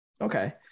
Okay